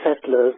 settlers